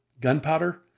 gunpowder